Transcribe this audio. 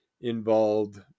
involved